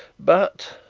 but,